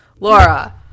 Laura